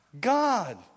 God